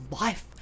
life